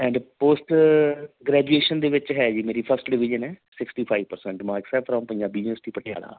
and post graduation ਦੇ ਵਿੱਚ ਹੈ ਜੀ ਮੇਰੀ ਫਸਟ ਡਿਵੀਜ਼ਨ ਹੈ sixty five percent marks from Punjabi university Patiala